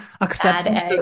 acceptance